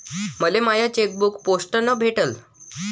मले माय चेकबुक पोस्टानं भेटल